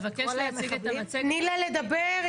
לדבר.